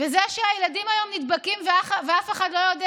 וזה שהילדים היום נדבקים ואף אחד לא יודע